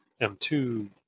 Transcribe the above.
m2